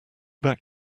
back